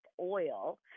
oil